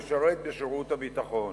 ממנה לשרת בשירות הביטחון.